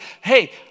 Hey